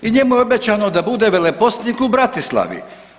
I njemu je obećano da bude veleposlanik u Bratislavi.